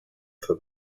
for